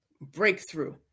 breakthrough